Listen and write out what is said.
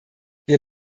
wir